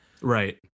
Right